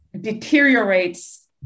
deteriorates